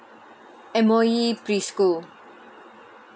M_O_E preschool